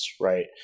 right